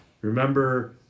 remember